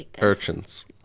Urchins